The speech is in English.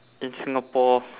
in singapore